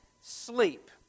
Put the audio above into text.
sleep